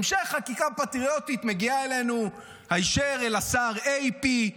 המשך חקיקה פטריוטית מגיעה אלינו היישר אל השר AP,